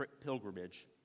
pilgrimage